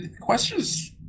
questions